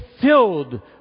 filled